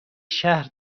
شهر